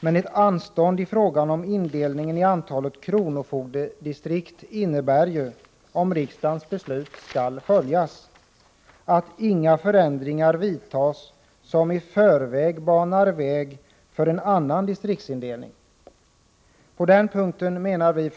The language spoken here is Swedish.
Men ett anstånd med frågan om indelningen i antalet kronofogdedistrikt innebär ju, om riksdagens beslut skall följas, att inga förändringar skall vidtas som banar väg för en annan distriktsindelning än den som hittills diskuterats.